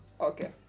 Okay